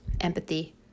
empathy